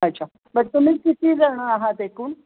अच्छा बट तुम्ही किती जणं आहात एकूण